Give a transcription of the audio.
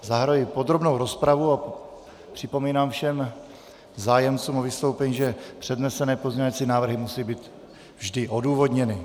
Zahajuji podrobnou rozpravu a připomínám všem zájemcům o vystoupení, že přednesené pozměňovací návrhy musí být vždy odůvodněny.